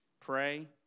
pray